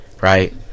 right